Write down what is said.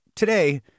Today